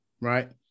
right